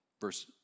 verse